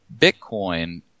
Bitcoin